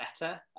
better